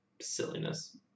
silliness